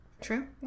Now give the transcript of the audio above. True